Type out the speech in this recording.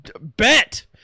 bet